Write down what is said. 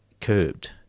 curbed